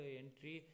entry